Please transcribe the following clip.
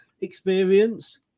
experience